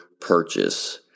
purchase